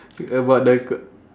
about the c~